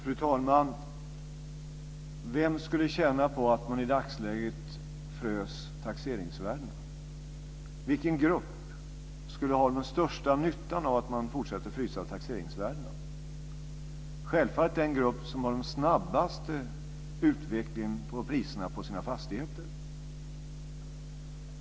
Fru talman! Vem skulle tjäna på att man i dagsläget frös taxeringsvärdena? Vilken grupp skulle ha den största nyttan av att man fortsätter att frysa taxeringsvärdena? Självfallet den grupp som har den snabbaste utvecklingen på priserna på sina fastigheter.